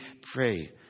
pray